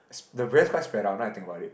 the brands quite spread out now I think about it